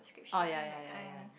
oh ya ya ya ya